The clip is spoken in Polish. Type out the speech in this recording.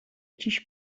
dziś